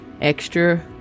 extra